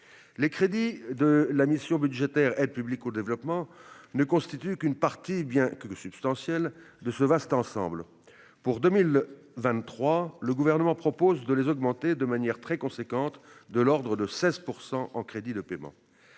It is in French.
Les crédits de la mission budgétaire « Aide publique au développement » ne constituent qu'une partie, certes substantielle, de ce vaste ensemble. Pour 2023, le Gouvernement propose de les augmenter de manière très appréciable : la hausse est de quelque 16 % en crédits de paiement.